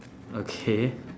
okay